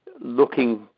looking